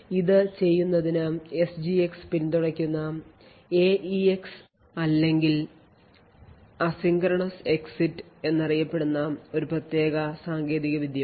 ഇത് ചെയ്യുന്നതിന് എസ്ജിഎക്സ് പിന്തുണയ്ക്കുന്ന എഇഎക്സ് അല്ലെങ്കിൽ അസിൻക്രണസ് എക്സിറ്റ് എന്നറിയപ്പെടുന്ന ഒരു പ്രത്യേക സാങ്കേതിക വിദ്യയുണ്ട്